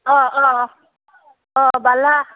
অ' অ' অ' বালা